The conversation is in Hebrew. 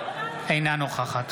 אינה נוכחת